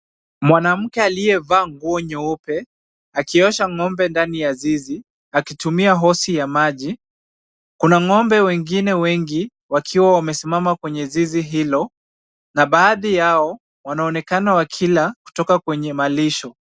Mwanamke aliyevaa nguo nyeupe akiosha ng'ombe ndani ya zizi, akitumia hosi ya maji, kuna ng'ombe wengi wakiwa wamesimama kwenye zizi hilo, na baadhi yao wanaonekana wakila kutoka kwenye malisho.